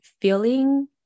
feeling